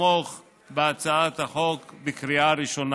לתמוך בהצעת החוק בקריאה ראשונה.